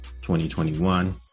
2021